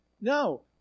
No